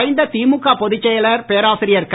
மறைந்த திமுக பொதுச் செயலர் பேராசிரியர் க